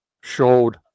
showed